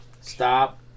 Stop